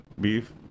beef